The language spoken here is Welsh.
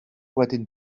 wedyn